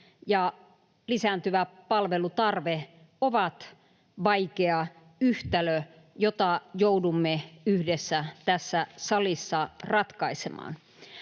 lisääntyvä palvelutarve ovat vaikea yhtälö, jota joudumme yhdessä tässä salissa ratkaisemaan.